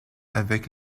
avec